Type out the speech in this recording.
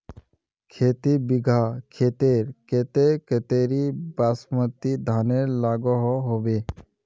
खेती बिगहा खेतेर केते कतेरी बासमती धानेर लागोहो होबे?